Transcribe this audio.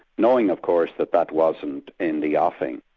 knowing of course that that wasn't in the offing,